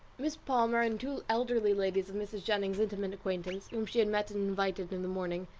mrs. palmer and two elderly ladies of mrs. jennings's intimate acquaintance, whom she had met and invited in the morning,